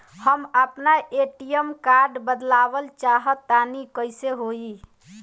हम आपन ATM card बदलल चाह तनि कइसे होई?